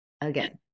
again